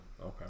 Okay